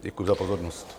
Děkuji za pozornost.